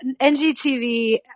NGTV